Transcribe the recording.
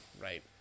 right